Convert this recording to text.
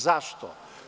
Zašto?